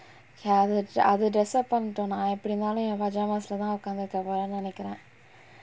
ya அது:athu disappoint நா எப்டி இருந்தாலும் என்:naa epdi irunthaalum en pajamas lah தான் உக்காந்திருக்க மாரி நெனைக்குறேன்:thaan ukkaanthirukka maari nenaikkuraen